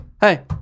hey